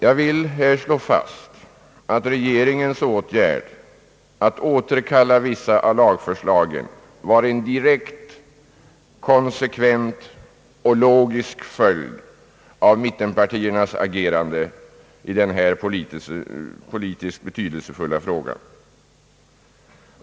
Jag vill här slå fast att regeringens åtgärd att återkalla vissa av lagförslagen var en direkt, konsekvent och logisk följd av mittenpartiernas agerande i denna politiskt betydelsefulla fråga.